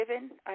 given